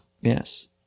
Yes